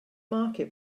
market